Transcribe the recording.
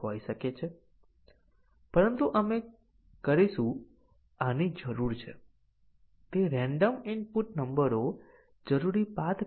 condition આધારિત testing નું મુખ્ય ટૂંકું પરિણામ એ છે કે મલ્ટિપલ કંડિશન ટેસ્ટીંગ ઘણાં બધાં ટેસ્ટીંગ કેસ પેદા કરે છે અને તેથી અવ્યવહારુ બને છે